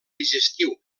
digestiu